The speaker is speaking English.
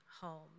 home